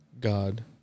God